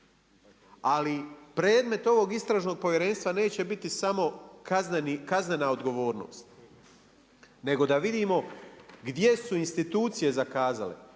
Ali, predmet ovog istražnog povjerenstva neće biti samo kaznena odgovornost, nego da vidimo gdje su institucije zakazale,